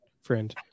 friend